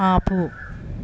ఆపు